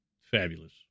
fabulous